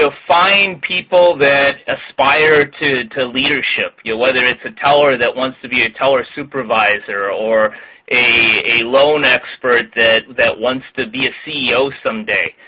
so find people that aspire to to leadership, yeah whether it's a teller that wants to be a teller supervisor or a loan expert that that wants to be a ceo someday.